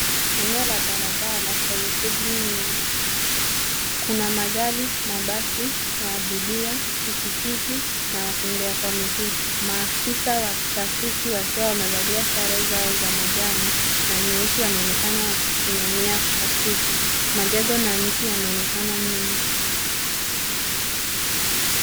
Eneo la barabara lenye shughuli nyingi, kuna magari, mabasi la abiria, pikipiki na watembea kwa miguu. Maafisa wa trafiki wakiwa wamevalia sare zao za manjano na nyeusi wakionekana wakisimamia trafiki. Majengo na miti yanaonekana nyuma.